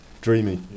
Dreamy